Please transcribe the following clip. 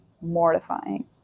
mortifying